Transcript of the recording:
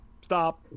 Stop